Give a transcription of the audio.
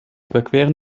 überqueren